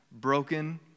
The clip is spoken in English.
broken